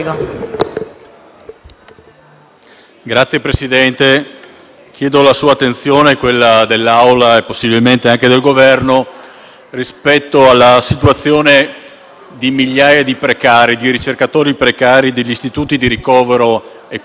Signor Presidente, chiedo la sua attenzione, quella dell'Assemblea e possibilmente anche del Governo rispetto alla situazione di migliaia di ricercatori precari degli istituti di ricovero e cura a carattere scientifico.